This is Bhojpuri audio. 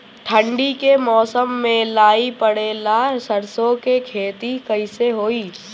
ठंडी के मौसम में लाई पड़े ला सरसो के खेती कइसे होई?